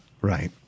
Right